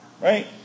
Right